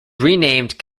renamed